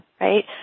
right